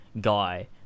guy